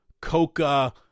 coca